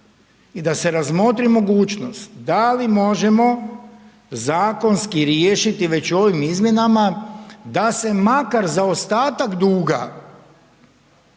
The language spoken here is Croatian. i da se razmotri mogućnost, da li možemo zakonski riješiti već u ovim izmjenama da se makar zaostatak duga,